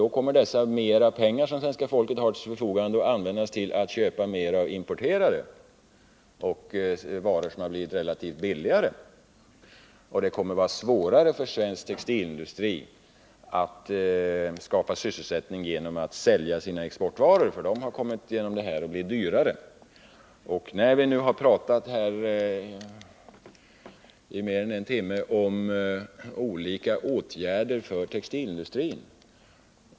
Då kommer svenska folket att använda mera pengar till att köpa importerade varor, som blivit relativt sett billigare. Det kommer då att bli svårare för svensk textilindustri att skapa sysselsättning genom försäljning av sina exportvaror, eftersom dessa på grund av standardhöjningen har kommit att bli dyrare. Vi har nu talat i mer än en timme om olika åtgärder för textilindustrin.